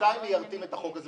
שנתיים מיירטים את החוק הזה.